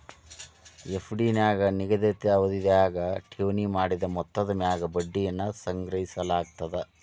FD ನ್ಯಾಗ ನಿಗದಿತ ಅವಧ್ಯಾಗ ಠೇವಣಿ ಮಾಡಿದ ಮೊತ್ತದ ಮ್ಯಾಗ ಬಡ್ಡಿಯನ್ನ ಸಂಗ್ರಹಿಸಲಾಗ್ತದ